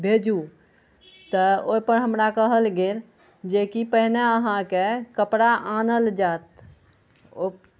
भेजू तऽ ओइपर हमरा कहल गेल जेकि पहिने अहाँके कपड़ा आनल जायत ओ